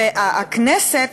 והכנסת,